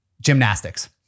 Gymnastics